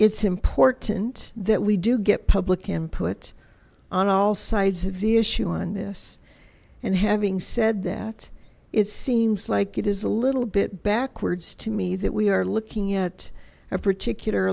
it's important that we do get public input on all sides of the issue on this and having said that it seems like it is a little bit backwards to me that we are looking at a particular